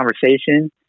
conversation